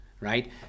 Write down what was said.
right